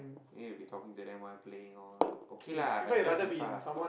then you'll be talking to them while playing all okay lah I enjoy FIFA